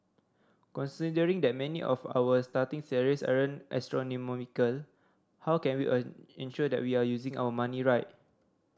considering that many of our starting salaries astronomical how can we ensure that we are using our money right